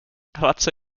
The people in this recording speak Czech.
hladce